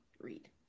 read